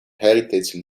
heritage